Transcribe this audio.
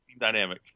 dynamic